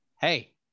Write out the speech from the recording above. Hey